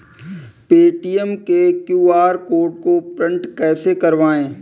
Paytm के QR code को print कैसे करवाएँ?